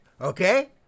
Okay